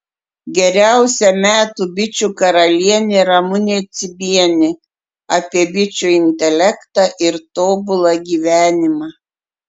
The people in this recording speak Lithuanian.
geriausia metų bičių karalienė ramunė cibienė apie bičių intelektą ir tobulą gyvenimą